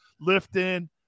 lifting